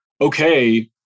okay